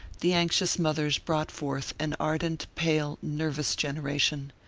the anxious mothers brought forth an ardent, pale, nervous generation.